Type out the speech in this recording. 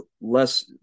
less